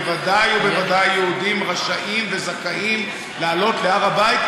בוודאי ובוודאי יהודים רשאים וזכאים לעלות להר הבית,